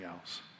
else